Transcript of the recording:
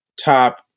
Top